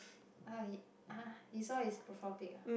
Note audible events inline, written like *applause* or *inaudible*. *noise* [huh] you saw his profile pic ah